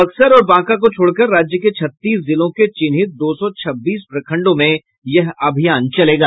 बक्सर और बांका को छोड़कर राज्य के छत्तीस जिलों के चिन्हित दो सौ छब्बीस प्रखंडों में यह अभियान चलेगा